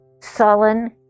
sullen